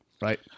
right